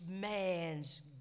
man's